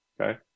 okay